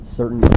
certain